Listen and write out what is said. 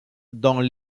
dans